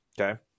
okay